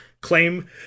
claim